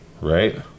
right